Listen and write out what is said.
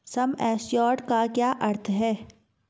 सम assured का क्या अर्थ है?